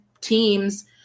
teams